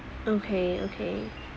okay okay